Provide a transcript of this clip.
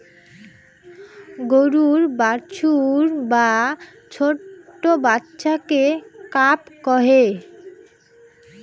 গরুর বাছুর বা ছোট্ট বাচ্চাকে কাফ কহে